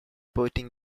putting